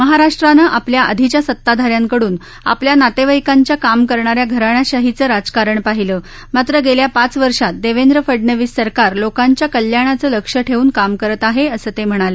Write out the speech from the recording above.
महाराष्ट्रानं आपल्या अधीच्यासताधा यांकडून आपल्या नातेवाईकांच्या काम करणा या घराण्याशाहीचं राजकारण पाहिलं मात्र गेल्या पाच वर्षात देवेंद्र फडनवीस सरकार लोकांच्या कल्याणाचं लक्ष्य ठेवून काम करत आहे असं ते म्हणाले